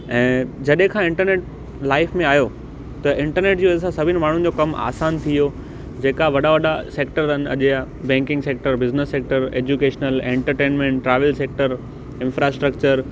ऐं जॾहिं खां इंटरनेट लाइफ में आहियो त इंटरनेट जी वजह सां सभिनी माण्हुनि जो कमु आसान थी वियो जेका वॾा वॾा सेक्टर आहिनि अॼ जा banking sector business sector educational entertainment travel sector infrastructure